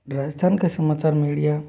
राजस्थान का समाचार मीडिया